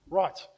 right